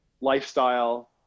lifestyle